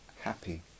happy